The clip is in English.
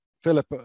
Philip